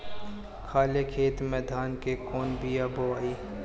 खाले खेत में धान के कौन बीया बोआई?